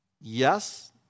Yes